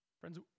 Friends